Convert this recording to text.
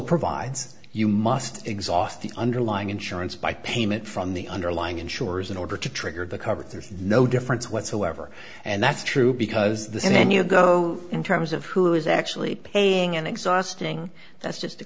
provides you must exhaust the underlying insurance by payment from the underlying insurers in order to trigger the coverage there's no difference whatsoever and that's true because then you go in terms of who is actually paying and exhausting that's just a